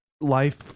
life